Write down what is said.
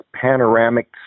panoramic